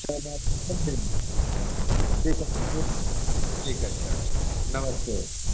क्या बात है समझे ठीक अच्छा ठीक नमस्ते